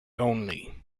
only